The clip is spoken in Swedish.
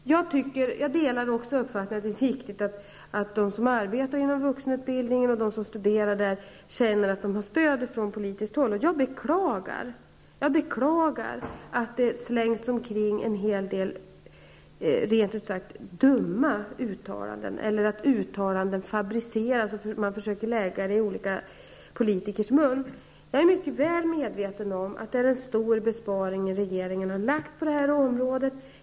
Jag delar också uppfattningen att det är viktigt att de som arbetar inom vuxenutbildningen och de som studerar där känner att de har stöd från politiskt håll. Jag beklagar att det slängs omkring en hel del, rent ut sagt, dumma uttalanden, eller att uttalanden fabriceras och att ord läggs i olika politikers munnar. Jag är väl medveten om att regeringen har framlagt förslag om en stor besparing.